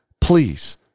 please